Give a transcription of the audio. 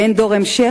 באין דור המשך,